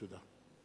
תודה.